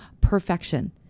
perfection